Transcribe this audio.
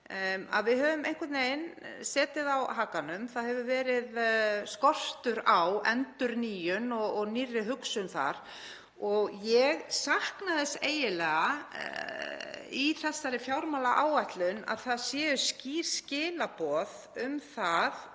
— hefur einhvern veginn setið á hakanum. Það hefur verið skortur á endurnýjun og nýrri hugsun þar. Ég sakna þess eiginlega í þessari fjármálaáætlun að það séu skýr skilaboð um það